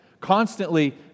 constantly